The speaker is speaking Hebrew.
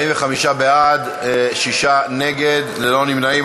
45 בעד, שישה נגד, ללא נמנעים.